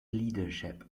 leadership